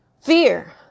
fear